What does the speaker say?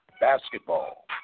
basketball